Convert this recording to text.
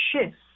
shifts